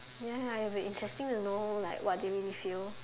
ya it will be interesting to know like what they really feel